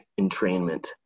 entrainment